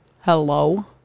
Hello